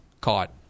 caught